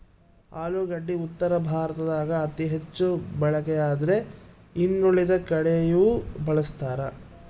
ಆಲೂಗಡ್ಡಿ ಉತ್ತರ ಭಾರತದಾಗ ಅತಿ ಹೆಚ್ಚು ಬಳಕೆಯಾದ್ರೆ ಇನ್ನುಳಿದ ಕಡೆಯೂ ಬಳಸ್ತಾರ